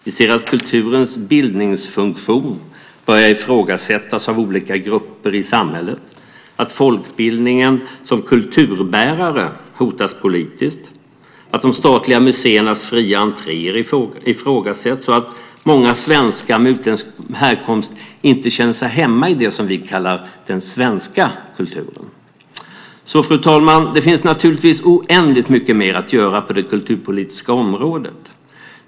Vi ser att kulturens bildningsfunktion börjar ifrågasättas av olika grupper i samhället, att folkbildningen som kulturbärare hotas politiskt, att de statliga museernas fria entréer ifrågasätts och att många svenskar med utländsk härkomst inte känner sig hemma i det som vi kallar den svenska kulturen. Fru talman! Det finns naturligtvis oändligt mycket mer att göra på det kulturpolitiska området.